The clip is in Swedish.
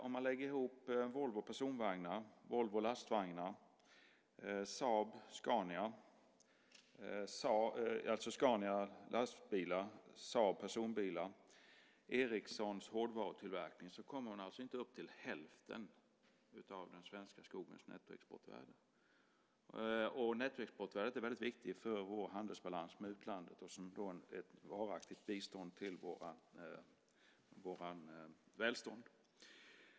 Om man lägger ihop Volvo Personvagnar, Volvo Lastvagnar, Saab Scania, lastbilar, Saab Personbilar och Ericssons hårdvarutillverkning kommer man alltså inte upp till hälften av den svenska skogens nettoexportvärde. Och nettoexportvärdet är väldigt viktigt för vår handelsbalans med utlandet och som ett varaktigt bistånd till vår välfärd.